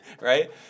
Right